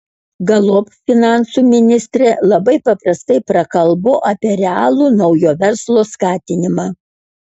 galop finansų ministrė labai paprastai prakalbo apie realų naujo verslo skatinimą